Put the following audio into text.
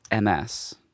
MS